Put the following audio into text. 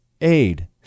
aid